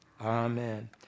Amen